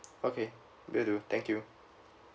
okay will do thank you